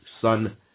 sun